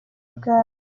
igare